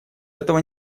этого